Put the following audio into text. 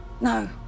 No